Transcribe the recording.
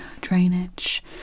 drainage